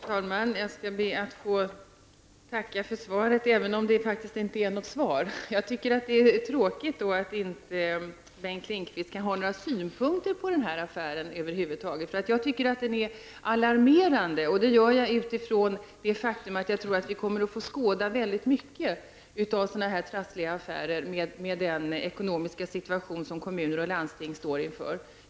Herr talman! Jag skall be att få tacka för svaret, även om det faktiskt inte är något svar. Jag tycker att det är tråkigt att inte Bengt Lindqvist kan ha några synpunkter över huvud taget på den här affären. Jag tycker att den är alarmerande, eftersom jag tror att vi kommer att få skåda många lika trassliga affärer med tanke på den ekonomiska situation som kommuner och landsting står inför.